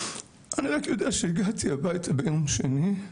אני רק יודע שהגעתי הביתה מבית המלון ביום שני,